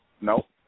Nope